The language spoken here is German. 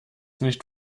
nicht